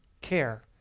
care